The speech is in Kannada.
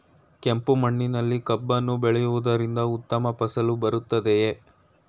ಕೆಂಪು ಮಣ್ಣಿನಲ್ಲಿ ಕಬ್ಬನ್ನು ಬೆಳೆಯವುದರಿಂದ ಉತ್ತಮ ಫಸಲು ಬರುತ್ತದೆಯೇ?